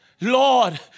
Lord